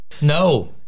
No